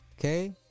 Okay